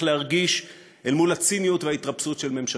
להרגיש אל מול הציניות וההתרפסות של ממשלתו: